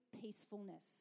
peacefulness